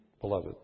beloved